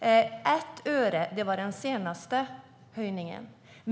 1 öre var den senaste höjningen.